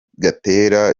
gatera